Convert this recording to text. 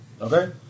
Okay